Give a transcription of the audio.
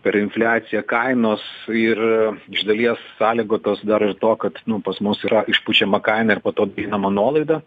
per infliaciją kainos ir iš dalies sąlygotos dar ir to kad nu pas mus yra išpučiama kaina ir po to didinama nuolaida